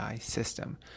system